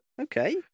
Okay